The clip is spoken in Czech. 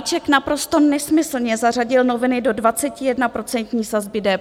Balíček naprosto nesmyslně zařadil noviny do 21procentní sazby DPH.